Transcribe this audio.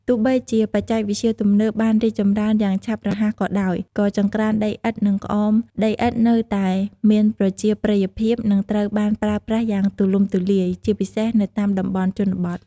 ទោះបីជាបច្ចេកវិទ្យាទំនើបបានរីកចម្រើនយ៉ាងឆាប់រហ័សក៏ដោយ ក៏ចង្ក្រានដីឥដ្ឋ និងក្អមដីឥដ្ឋនៅតែមានប្រជាប្រិយភាព និងត្រូវបានប្រើប្រាស់យ៉ាងទូលំទូលាយ ជាពិសេសនៅតាមតំបន់ជនបទ។